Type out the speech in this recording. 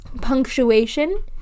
punctuation